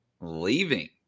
leaving